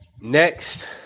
Next